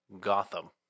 Gotham